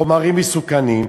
חומרים מסוכנים,